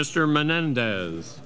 mr menendez